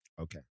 Okay